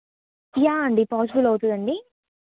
yeah అండి possible అవుతుందండి